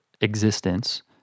existence